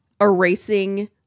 erasing